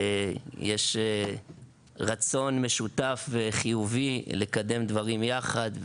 יש רצון משותף וחיובי לקדם דברים יחד,